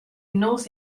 north